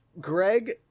Greg